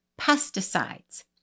pesticides